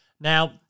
Now